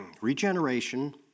Regeneration